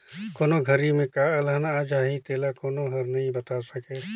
कोन घरी में का अलहन आ जाही तेला कोनो हर नइ बता सकय